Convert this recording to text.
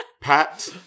Pat